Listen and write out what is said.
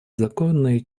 законные